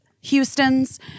Houston's